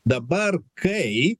dabar kai